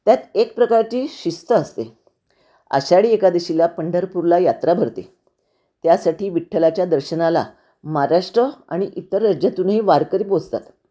त्यात एक प्रकारची शिस्त असते आषाढी एकादशीला पंढरपूरला यात्रा भरते त्यासाठी विठ्ठलाच्या दर्शनाला महाराष्ट्र आणि इतर राज्यातूनही वारकरी पोहचतात